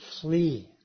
flee